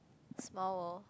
small world